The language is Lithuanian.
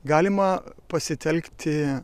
galima pasitelkti